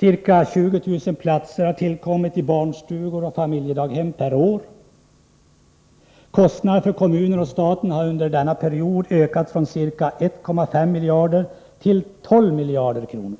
Ca 20 000 platser per år har tillkommit i barnstugor och familjedaghem. Kostnaden för kommunerna och staten har under denna period ökat från 1,5 miljarder till 12 miljarder kronor.